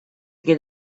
get